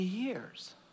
years